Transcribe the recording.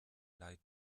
leid